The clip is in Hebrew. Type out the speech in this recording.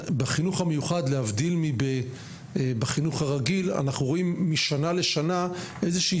בחינוך המיוחד להבדיל מאשר בחינוך הרגיל אנחנו רואים משנה לשנה איזושהי